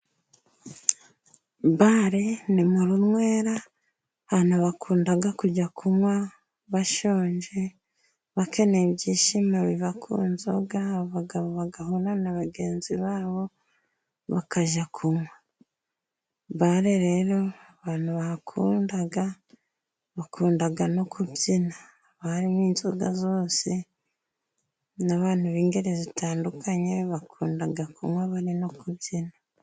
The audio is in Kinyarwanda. Bare ni mururunywera ahantu bakundaga kujya kunywa bashonje, bakeneye ibyishimo biba ku nzoga, abagabo bagahu na bagenzi babo bakajya kunywa bare rero abantu bakundaga, bakundaga no kubyina hariywa inzoga zose n'abantu b'ingeri zitandukanye bakundaga kunywa bari no kubyina.